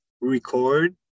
record